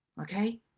okay